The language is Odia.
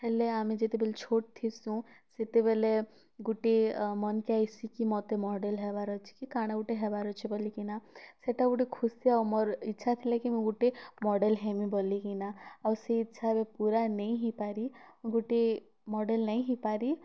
ହେଲେ ଆମେ ଯେତେବେଲେ ଛୋଟ୍ ଥିସୁଁ ସେତେବେଲେ ଗୁଟେ ମନ୍ କେ ଆଇସି କି ମୋତେ ମଡ଼େଲ୍ ହେବାର୍ ଅଛେ କି କାଣା ଗୁଟେ ହେବାର୍ ଅଛେ ବୋଲିକିନା ସେଟା ଗୁଟେ ଖୁସି ଆଉ ମୋର୍ ଇଚ୍ଛା ଥିଲା କି ମୁଇଁ ଗୁଟେ ମଡ଼େଲ୍ ହେମି ବୋଲିକିନା ଆଉ ସେ ଇଚ୍ଛା ଏବେ ପୂରା ନେଇ ହେଇପାରି ଗୁଟେ ମଡ଼େଲ୍ ନାଇଁ ହେଇପାରି